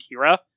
Kira